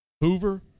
Hoover